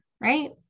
right